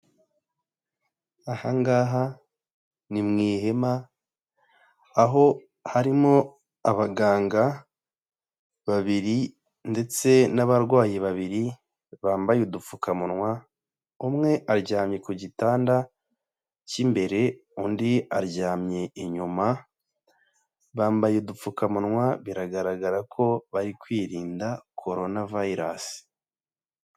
Aha ngaha ni mu ihema, aho harimo abaganga babiri ndetse n'abarwayi babiri bambaye udupfukamunwa, umwe aryamye ku gitanda k'imbere, undi aryamye inyuma, bambaye udupfukamunwa biragaragara ko bari kwirinda Coronavirus.